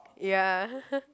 ya